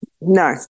No